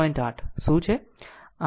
8 શું છે